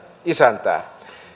isäntää